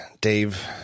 Dave